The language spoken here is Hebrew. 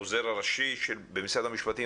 העוזר הראשי במשרד המשפטים,